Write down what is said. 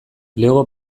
lego